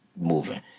moving